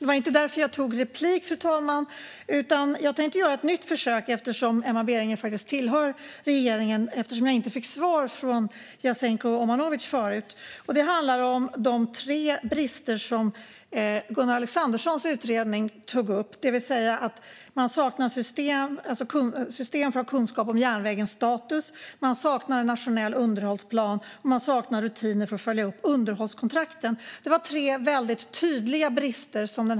Det var inte därför jag tog replik, utan jag tänkte göra ett nytt försök eftersom Emma Berginger tillhör regeringsunderlaget och jag inte fick svar från Jasenko Omanovic. Det handlar om de tre tydliga brister som Gunnar Alexanderssons utredning tog upp: Det saknas system för att få kunskap om järnvägens status, det saknas en nationell underhållsplan och det saknas rutiner för att följa upp underhållskontrakten.